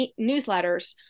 newsletters